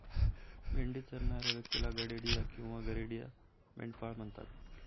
मेंढी चरणाऱ्या व्यक्तीला गडेडिया किंवा गरेडिया, मेंढपाळ म्हणतात